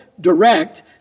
direct